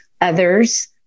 others